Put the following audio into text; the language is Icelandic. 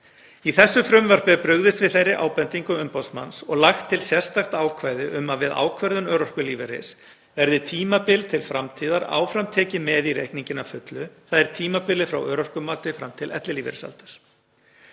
Í þessu frumvarpi er brugðist við þeirri ábendingu umboðsmanns og lagt til sérstakt ákvæði um að við ákvörðun örorkulífeyris verði tímabil til framtíðar áfram tekið með í reikninginn að fullu, þ.e. tímabilið frá örorkumati fram til ellilífeyrisaldurs.